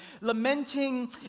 lamenting